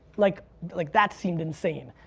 like like that seemed insane.